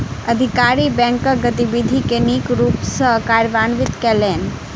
अधिकारी बैंकक गतिविधि के नीक रूप सॅ कार्यान्वित कयलैन